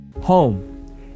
Home